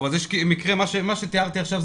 מה שתיארתי עכשיו,